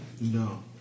No